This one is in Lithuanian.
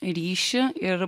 ryšį ir